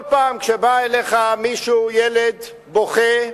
כל פעם כשבא אליך מישהו, ילד בוכה,